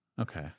Okay